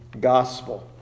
gospel